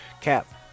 Cap